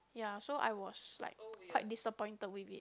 ya so I was like quite disappointed with it